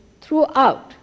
Throughout